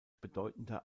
bedeutender